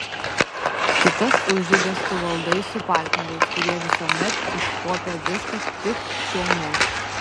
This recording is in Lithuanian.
kitas užeigas tu valdai su partneriais kurie visuomet iškuopia viską tik čia ne